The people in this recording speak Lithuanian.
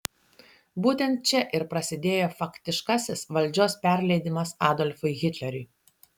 būtent čia ir prasidėjo faktiškasis valdžios perleidimas adolfui hitleriui